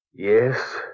Yes